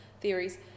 theories